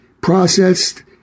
processed